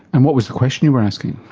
and what was the question you were asking?